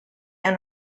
and